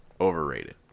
overrated